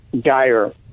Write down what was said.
dire